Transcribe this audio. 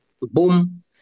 Boom